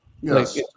Yes